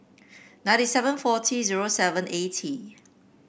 ninety seven forty zero seven eighty